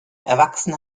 erwachsene